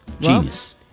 Genius